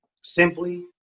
simply